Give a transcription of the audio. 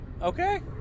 okay